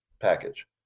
package